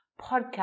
Podcast